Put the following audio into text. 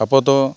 ᱟᱵᱚᱫᱚ